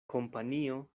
kompanio